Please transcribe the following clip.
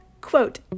Quote